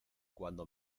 cuando